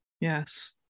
yes